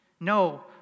No